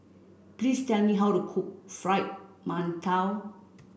please tell me how to cook fried mantou